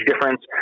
difference